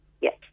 Yes